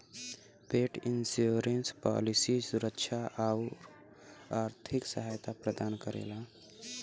पेट insurance policy सुरक्षा आउर आर्थिक सहायता प्रदान करेला